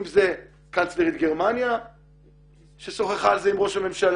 אם זה קאנצלרית גרמניה ששוחחה אז עם ראש הממשלה